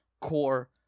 core